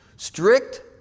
Strict